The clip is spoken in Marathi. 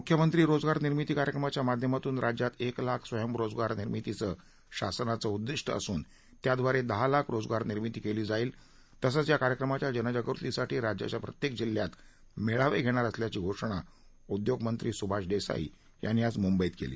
मुख्यमंत्री रोजगार निर्मिती कार्यक्रमाच्या माध्यमातून राज्यात एक लाख स्वयंरोजगार निर्मितीचं शासनाचं उद्दीष्ट असून त्याद्वारे दहा लाख रोजगार निर्मिती केली जाईल तसंच या कार्यक्रमाच्या जनजागृतीसाठी राज्याच्या प्रत्येक जिल्ह्यात मेळावे घेणार असल्याची घोषणा उद्योगमंत्री सुभाष देसाई यांनी आज मुंबईत केली